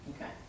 Okay